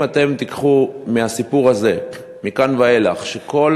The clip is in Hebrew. אם תיקחו מהסיפור הזה מכאן ואילך שבכל